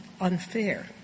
unfair